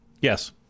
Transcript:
Yes